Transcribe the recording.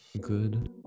good